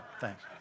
thanks